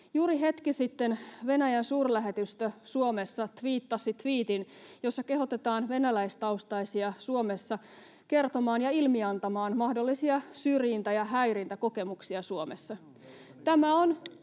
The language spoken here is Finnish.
Juuri hetki sitten Venäjän suurlähetystö Suomessa tviittasi tviitin, jossa kehotetaan venäläistaustaisia Suomessa kertomaan ja ilmiantamaan mahdollisia syrjintä- ja häirintäkokemuksia Suomessa.